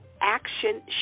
action